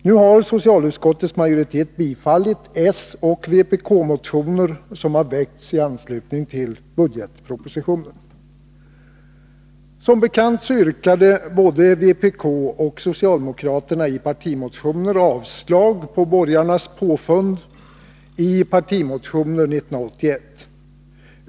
Nu har socialutskottets majoritet bifallit soch vpkmotioner som väckts i anslutning till budgetpropositionen. Som bekant yrkade både vpk och socialdemokraterna i partimotioner avslag på borgarnas påfund i partimotioner 1981.